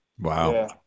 Wow